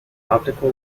optical